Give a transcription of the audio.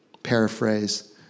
paraphrase